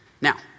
Now